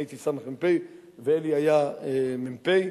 אני הייתי סמ"פ ואלי היה מ"פ.